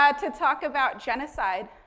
ah to talk about genocide.